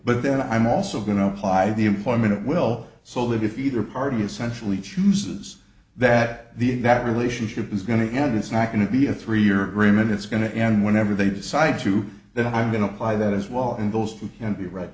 but then i'm also going to apply the employment will so that if you either party essentially chooses that the that relationship is going to end it's not going to be a three year agreement it's going to end whenever they decide to that i'm going to apply that as well and those who can't be right